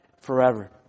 forever